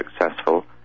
successful